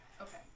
Okay